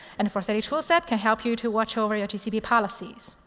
and the forseti toolset can help you to watch over your gcp policies.